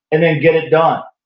and then get it done,